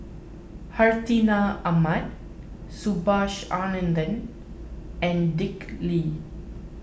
Hartinah Ahmad Subhas Anandan and Dick Lee